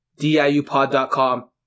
DIUPod.com